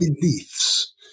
beliefs